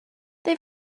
they